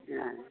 हँ